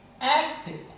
acted